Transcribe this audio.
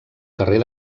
carrer